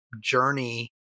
journey